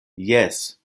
jes